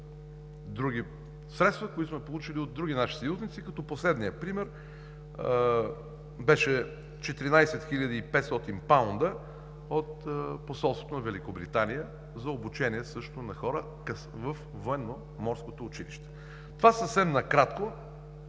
други средства, които сме получили от други наши съюзници, като последният пример беше 14 500 паунда от посолството на Великобритания за обучение също на хора във Военноморското училище. Това съвсем накратко